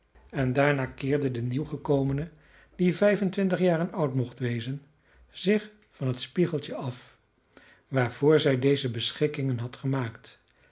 en daarna keerde de nieuw gekomene die vijf en twintig jaren oud mocht wezen zich van het spiegeltje af waarvoor zij deze beschikkingen had gemaakt